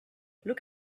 look